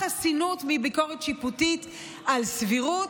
חסינות מביקורת שיפוטית על סבירות,